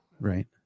right